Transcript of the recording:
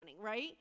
right